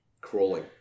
crawling